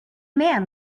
man